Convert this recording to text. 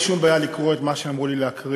אין לי שום בעיה להקריא את מה שאמרו לי להקריא.